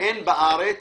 אין בארץ